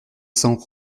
cents